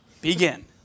Begin